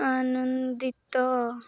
ଆନନ୍ଦିତ